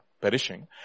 perishing